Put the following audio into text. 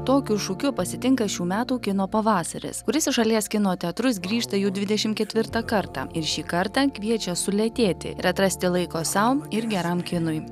tokiu šūkiu pasitinka šių metų kino pavasaris kuris į šalies kino teatrus grįžta jau dvidešimt ketvirtą kartą ir šį kartą kviečia sulėtėti ir atrasti laiko sau ir geram kinui